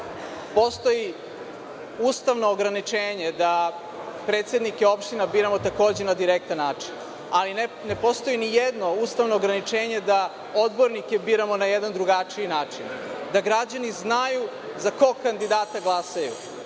postoji ustavno ograničenje da predsednike opština biramo takođe na direktan način, ali ne postoji ni jedno ustavno ograničenje da odbornike biramo na jedan drugačiji način, da građani znaju za kog kandidata glasaju